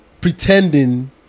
pretending